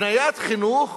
הקניית חינוך